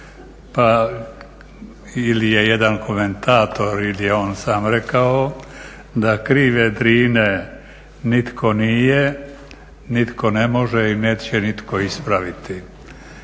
pa ili je jedan komentator ili je on sam rekao da krive Drine nitko nije, nitko ne može i neće nitko ispraviti.